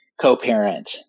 co-parent